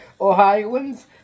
Ohioans